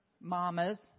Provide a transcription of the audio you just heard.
Mamas